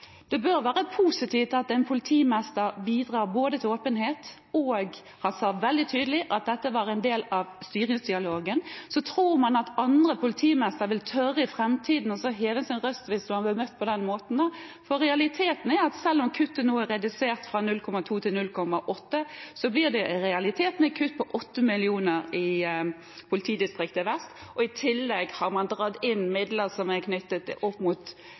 Det bør være positivt at en politimester bidrar til åpenhet, og han sa veldig tydelig at dette var en del av styringsdialogen. Så tror man at andre politimestere i framtiden vil tørre å heve sin røst hvis man blir møtt på den måten. Selv om kuttet nå er redusert fra 0,2 til 0,8, blir det i realiteten et kutt på 8 mill. kr i Vest politidistrikt, og i tillegg har man dratt inn midler som er knyttet opp mot